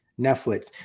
Netflix